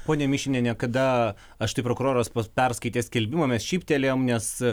pone mišiniene kada aš taip prokuroras pats perskaitė skelbimą mes šyptelėjom nes